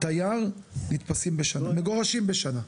תייר מגורשים בשנה?